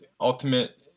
Ultimate